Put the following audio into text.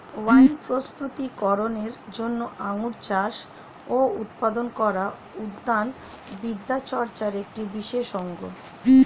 wine প্রস্তুতি করনের জন্য আঙুর চাষ ও উৎপাদন করা উদ্যান বিদ্যাচর্চার একটি বিশেষ অঙ্গ